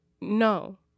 no